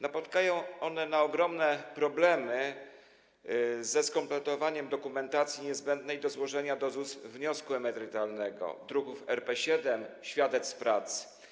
Napotykają oni na ogromne problemy ze skompletowaniem dokumentacji niezbędnej do złożenia w ZUS wniosku emerytalnego - druków Rp-7, świadectw pracy.